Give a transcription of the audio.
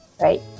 right